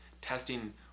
testing